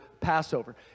Passover